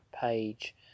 page